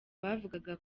bavuga